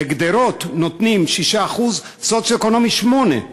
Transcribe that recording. לגדרות נותנים 6% סוציו-אקונומי 8,